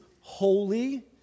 holy